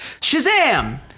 Shazam